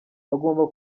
bagomba